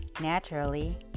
naturally